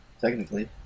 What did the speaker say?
Technically